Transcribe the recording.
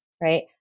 right